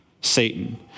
Satan